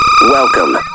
Welcome